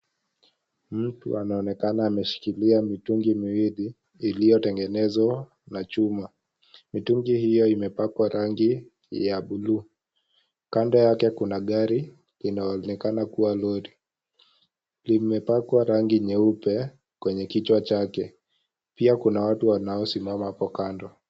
Mtu anaonekana ameshikilia mitungi miwili iliyotengenezwa na chuma. Mitungi hiyo imepakwa rangi ya bluu. Kando yake kuna gari inayoonekana kuwa lori, limepakwa rangi nyeupe kwenye kichwa chake. Pia kuna watu wanaosimama hapo kando.